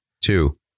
Two